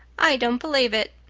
i don't believe it,